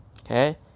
okay